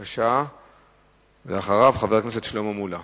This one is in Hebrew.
דוח מבקר המדינה בכלל והביקורת על מערכת הביטחון